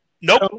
Nope